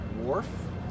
Wharf